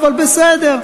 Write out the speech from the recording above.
אבל בסדר.